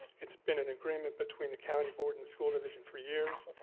it's been an agreement between the county board and the school division for years,